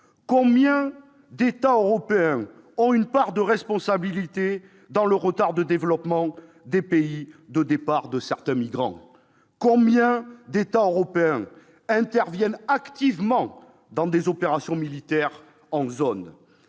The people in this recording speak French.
Combien d'États européens ont une part de responsabilité dans le retard de développement des pays de départ de certains migrants ? Combien d'États européens interviennent activement dans des opérations militaires sur zone ?